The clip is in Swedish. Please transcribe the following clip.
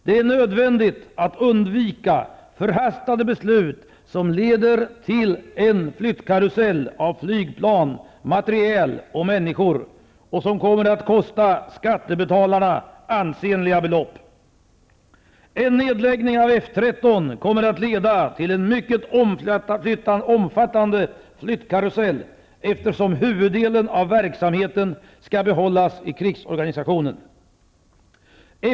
Det är nödvändigt att undvika förhastade beslut som leder till en omfattande flyttkarusell av flygplan, materiel och människor och som kommer att kosta skattebetalarna ansenliga belopp. En nedläggning av F 13 kommer att leda till en mycket omfattande flyttkarusell, eftersom huvuddelen av verksamheten skall behållas i krigsorganisationen.